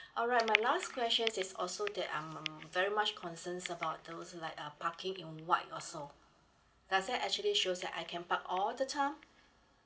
alright my last question is also that I'm very much concern about those like uh parking in white also does that actually shows that I can park all the time